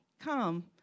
come